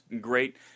great